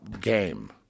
game